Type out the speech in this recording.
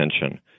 attention